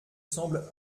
semble